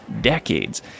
decades